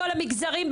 בכל המגזרים.